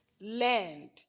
land